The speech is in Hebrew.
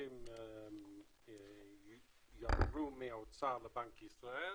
שהכספים יעברו מהאוצר לבנק ישראל